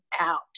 out